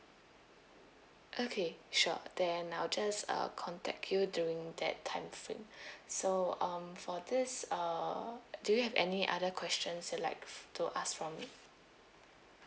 okay sure then I'll just uh contact you during that time frame so um for this uh do you have any other questions you like f~ to ask from me